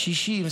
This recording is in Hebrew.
קשישים,